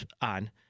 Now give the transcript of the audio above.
on